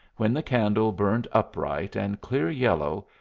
when the candle burned upright and clear yellow,